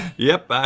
yep, i